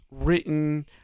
written